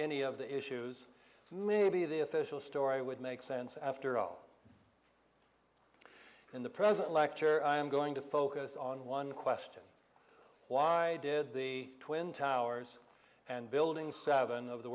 any of the issues maybe the official story would make sense after all in the present lecture i am going to focus on one question why did the twin towers and building seven of the